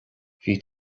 bhí